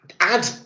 add